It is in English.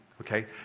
Okay